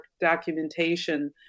documentation